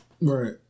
right